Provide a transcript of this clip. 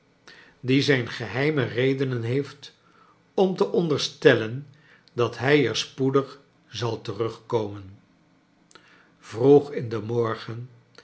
die zijn geheime redenen heeft om te onderstellen dat hij er spoedig zal terugkomen vroeg in den morgen